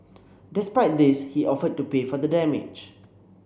despite this he offered to pay for the damage